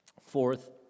Fourth